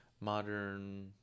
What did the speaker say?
modern